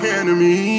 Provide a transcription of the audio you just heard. enemy